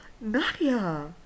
nadia